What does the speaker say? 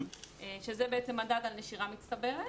שזה בעצם מדד על נשירה מצטברת.